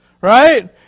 Right